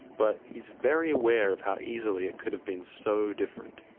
but he's very aware of how easily it could have been so different.